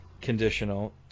conditional